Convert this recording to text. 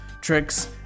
tricks